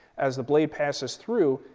as the blade passes through,